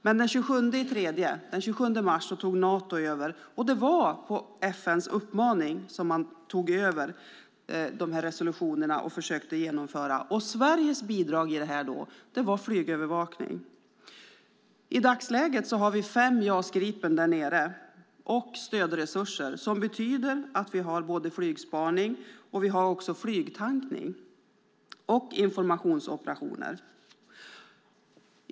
Men den 27 mars tog Nato över, och det var på FN:s uppmaning som man tog över dessa resolutioner och försökte genomföra detta. Sveriges bidrag i detta var flygövervakning. I dagsläget har vi fem JAS Gripen där nere och stödresurser som betyder att vi har både flygspaning och flygtankning och informationsoperationer.